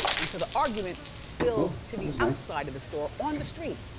and so the argument spilled to the outside of the store, on the street.